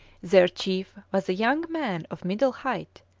their chief was a young man of middle height,